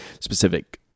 specific